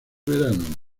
verano